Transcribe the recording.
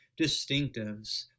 distinctives